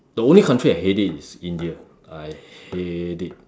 ya the only country I hate it is India I hate it